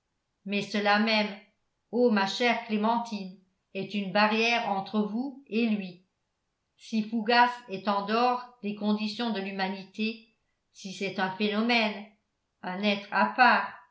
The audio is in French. mais cela même ô ma chère clémentine est une barrière entre vous et lui si fougas est en dehors des conditions de l'humanité si c'est un phénomène un être à part